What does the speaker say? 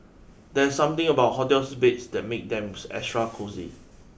there's something about hotel beds that makes them extra cosy